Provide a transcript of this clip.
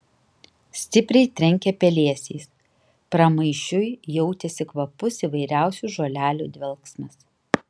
stipriai trenkė pelėsiais pramaišiui jautėsi kvapus įvairiausių žolelių dvelksmas